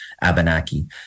Abenaki